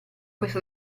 questa